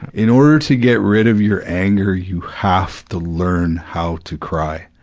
in order to get rid of your anger, you have to learn how to cry,